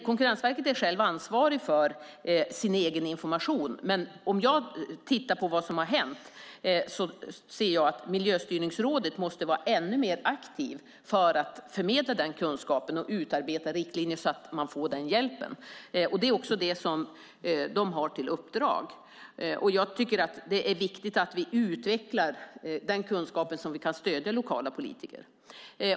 Konkurrensverket är ansvarig för sin egen information, men om jag tittar på vad som har hänt ser jag att Miljöstyrningsrådet måste vara ännu mer aktivt för att förmedla den kunskapen och utarbeta riktlinjer så att man får den hjälpen. Det är också det som de har i uppdrag. Och jag tycker att det är viktigt att vi utvecklar den kunskapen, som gör att vi kan stödja lokala politiker.